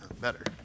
better